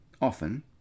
Often